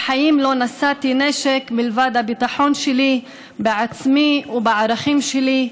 בחיים לא נשאתי נשק מלבד הביטחון שלי בעצמי ובערכים שלי,